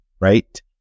right